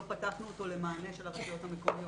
פתחנו אותו למענה של הרשויות המקומיות.